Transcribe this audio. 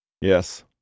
Yes